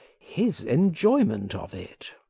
his enjoyment of it.